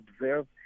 observe